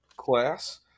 class